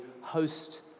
host